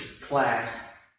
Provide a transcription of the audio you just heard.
class